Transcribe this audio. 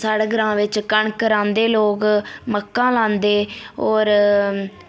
साढै़ ग्रांऽ बिच्च कनक र्हांदे लोग मक्का लांदे होर